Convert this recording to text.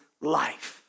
life